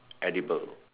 edible